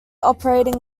operating